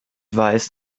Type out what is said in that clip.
weiß